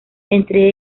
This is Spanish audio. entre